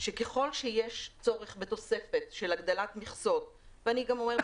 שככל שיש צורך בתוספת של הגדלת מכסות ואני אומרת